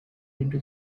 into